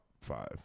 five